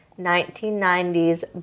1990s